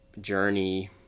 journey